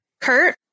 Kurt